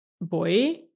boy